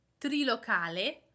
trilocale